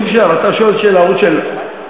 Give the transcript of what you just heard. אי-אפשר, אתה שואל שאלה, הוא שאלה.